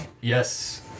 Yes